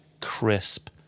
crisp